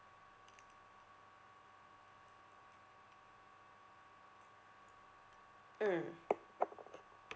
mm